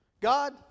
God